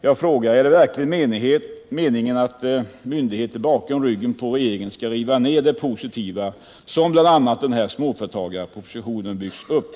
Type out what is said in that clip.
Jag frågar: Är det verkligen meningen att myndigheterna bakom ryggen på regeringen skall riva ner allt det positiva som bl.a. småföretagarpropositionen byggt upp?